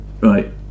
Right